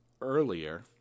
earlier